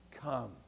come